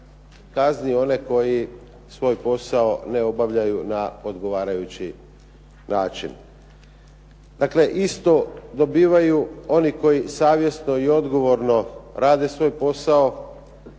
kazni one koji svoj posao ne obavljaju na odgovarajući način. Dakle, isto dobivaju oni koji savjesno i odgovorno rade svoj posao,